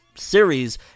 series